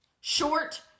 Short